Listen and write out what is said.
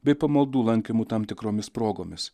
bei pamaldų lankymu tam tikromis progomis